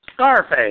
Scarface